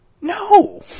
No